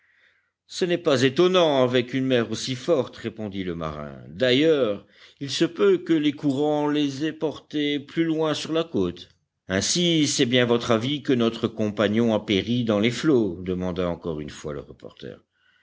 ce n'est pas étonnant avec une mer aussi forte répondit le marin d'ailleurs il se peut que les courants les aient portés plus loin sur la côte ainsi c'est bien votre avis que notre compagnon a péri dans les flots demanda encore une fois le reporter